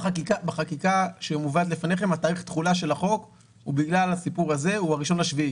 בחקיקה שמובאת לפניכם תאריך התחולה של החוק בגלל הסיפור הזה הוא ב-1.7.